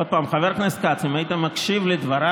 עוד פעם, חבר הכנסת כץ, אם היית מקשיב לדבריי,